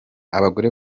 abagore